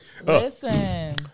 listen